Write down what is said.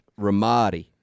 Ramadi